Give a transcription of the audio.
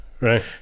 Right